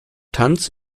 tanz